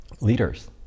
leaders